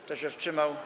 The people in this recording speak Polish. Kto się wstrzymał?